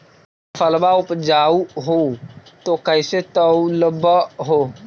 फसलबा उपजाऊ हू तो कैसे तौउलब हो?